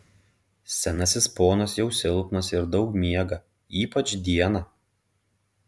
senasis ponas jau silpnas ir daug miega ypač dieną